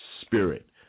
spirit